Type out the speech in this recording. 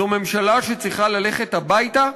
זו ממשלה שצריכה ללכת הביתה,